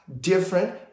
different